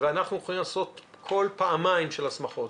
ואנחנו יכולים לעשות בכל פעמיים של הסמכות.